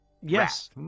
Yes